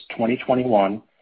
2021